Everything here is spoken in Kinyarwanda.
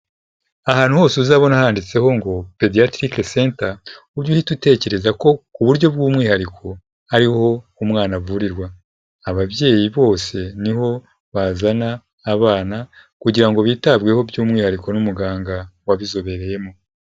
Ahantu hose uzabona handitseho ngo Pediatric Center, ujye uhita utekereza ko ku buryo bw'umwihariko ariho umwana avurirwa. Ababyeyi bose niho bazana abana kugira ngo bitabweho by'umwihariko n'umuganga wabizobereyemo.